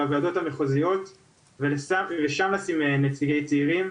על הוועדות המחוזיות ודווקא שם לשים את נציגי הצעירים,